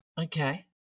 Okay